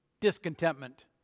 Discontentment